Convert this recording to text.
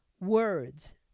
words